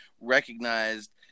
recognized